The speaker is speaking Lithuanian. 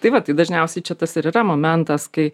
tai va tai dažniausiai čia tas ir yra momentas kai